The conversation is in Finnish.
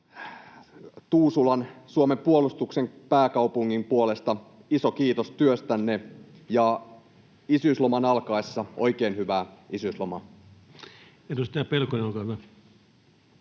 Tuusulan, Suomen puolustuksen pääkaupungin, puolesta iso kiitos työstänne. Ja isyysloman alkaessa oikein hyvää isyyslomaa. [Speech